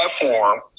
platform